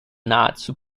nahezu